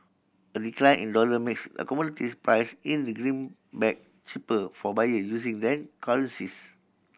a decline in the dollar makes a commodities priced in the greenback cheaper for buyer using then currencies